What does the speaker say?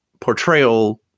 portrayal